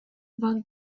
ван